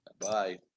bye